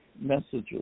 messages